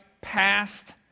past